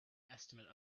estimate